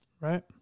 Right